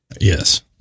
Yes